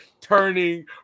turning